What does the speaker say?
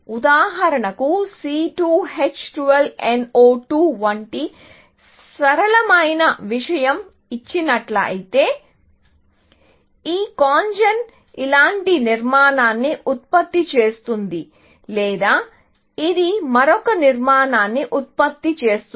ఉదాహరణకు C2H12NO2 వంటి సరళమైన విషయం ఇచ్చినట్లయితే ఈ CONGEN ఇలాంటి నిర్మాణాన్ని ఉత్పత్తి చేస్తుంది లేదా ఇది మరొక నిర్మాణాన్ని ఉత్పత్తి చేస్తుంది